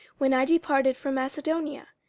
when i departed from macedonia,